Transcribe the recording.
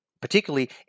particularly